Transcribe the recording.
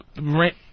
rent